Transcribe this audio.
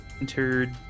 Entered